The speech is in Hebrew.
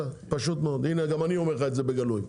גם אני אומר לך את זה בגלוי.